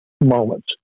moments